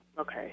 Okay